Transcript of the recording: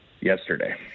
yesterday